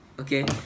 Okay